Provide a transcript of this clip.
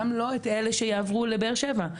גם אלה שלא יעברו לבאר שבע,